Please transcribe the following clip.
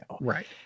Right